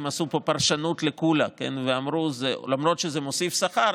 הם עשו פה פרשנות לקולה ואמרו: למרות שזה מוסיף שכר,